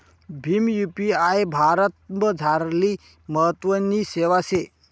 Bhim UPI भारतमझारली महत्वनी सेवा शे